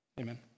amen